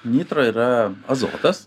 nitro yra azotas